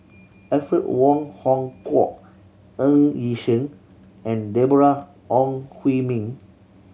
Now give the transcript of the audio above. Alfred Wong Hong Kwok Ng Yi Sheng and Deborah Ong Hui Min